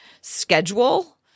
schedule